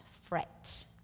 fret